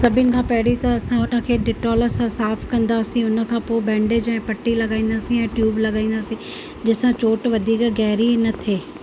सभिनि खां पहिरीं त असां उन खे डिटॉल सां साफ़ु कंदासीं हुन खां पोइ बैंडेज ऐं पटी लॻाईंदासीं ऐं ट्यूब लॻाईंदासीं जंहिं सां चोट वधीक गहरी न थिए